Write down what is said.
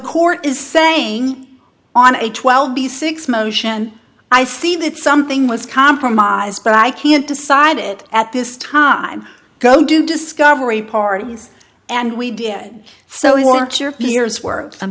court is saying on a twelve b six motion i see that something was compromised but i can't decide it at this time go do discovery parties and we did so you want your peers were i'm